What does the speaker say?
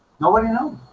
nobody knows